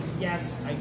yes